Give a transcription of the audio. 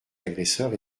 agresseurs